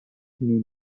nous